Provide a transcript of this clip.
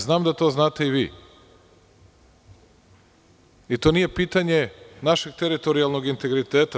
Znam da to znate i vi i to nije pitanje našeg teritorijalnog integriteta.